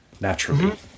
naturally